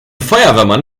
feuerwehrmann